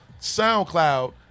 SoundCloud